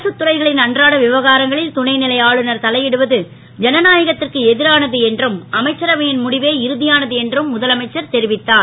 அரசுத் துறைகளின் அன்றாட விவகாரங்களில் துணை லை ஆளுநர் தலை டுவது ஜனநாயகத் ற்கு எ ரானது என்றும் அமைச்சரவை ன் முடிவே இறு யானது என்றும் முதலமைச்சர் தெரிவித்தார்